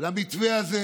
למתווה הזה,